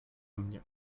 mnie